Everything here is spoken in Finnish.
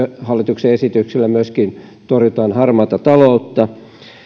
hallituksen esityksellä torjutaan myös harmaata taloutta